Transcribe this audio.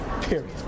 period